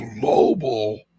global